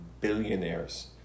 billionaires